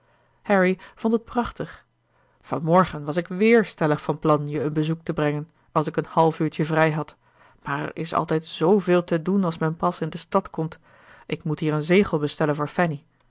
vond het prachtig van morgen was ik wéér stellig van plan je een bezoek te brengen als ik een half uurtje vrij had maar er is altijd zveel te doen als men pas in de stad komt ik moet hier een zegel bestellen voor fanny